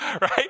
right